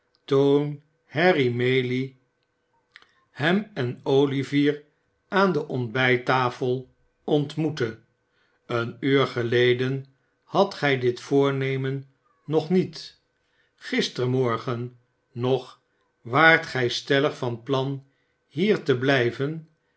toen harry maylie hem en o ivier aan de ontbijttafel ontmoette een uur geleden hadt gij dit voorne t men nog niet gistermorgen nog waart gij stellig van plan hier te blijven